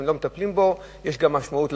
לא מטפלים בו, ויש לזה גם משמעות של